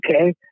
okay